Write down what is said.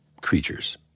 creatures